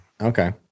okay